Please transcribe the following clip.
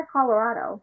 Colorado